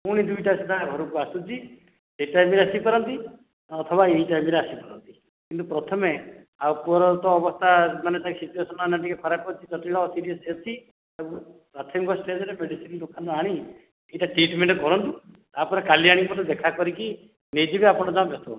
ପୁଣି ଦୁଇଟା ସୁଦ୍ଧା ଘରକୁ ଆସୁଛି ସେ ଟାଇମ୍ ରେ ଆସିପାରନ୍ତି ଓ ଅଥବା ଏଇ ଟାଇମ୍ ରେ ଆସିପାରନ୍ତି କିନ୍ତୁ ପ୍ରଥମେ ଆଉ ପୁଅ ର ତ ଅବସ୍ତା ମାନେ ତା ସିଚୁଏସନ୍ ଏଇନା ଟିକେ ଖରାପ ଅଛି ଜଟିଳ ଅଛି ସିରିଏସ୍ ସେ ଅଛି ତାକୁ ପ୍ରାଥମିକ ଷ୍ଟେଜ୍ ରେ ମେଡ଼ିସିନ୍ ଦୋକାନରୁ ଆଣି ଏଇଟା ଟ୍ରିଟ୍ମେଣ୍ଟ୍ କରନ୍ତୁ ତା'ପରେ କାଲି ଆଣି ମୋତେ ଦେଖା କରିକି ନେଇଯିବେ ଆପଣ ଜମା ବ୍ୟସ୍ତ ହୁଅନ୍ତୁନି